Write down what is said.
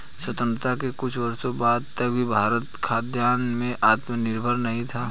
स्वतंत्रता के कुछ वर्षों बाद तक भी भारत खाद्यान्न में आत्मनिर्भर नहीं था